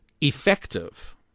effective